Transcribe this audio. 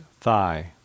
thigh